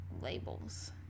labels